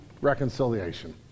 reconciliation